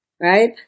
right